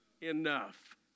enough